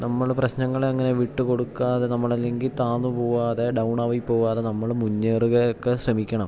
നമ്മൾ പ്രശ്നങ്ങൾ അങ്ങനെ വിട്ടു കൊടുക്കാതെ നമ്മൾ അല്ലെങ്കിൽ താഴ്ന്നു പോവാതെ ഡൗൺ ആയി പോവാതെ നമ്മൾ മുന്നേറുകയൊക്കെ ശ്രമിക്കണം